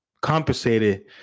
compensated